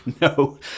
No